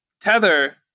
Tether